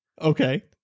Okay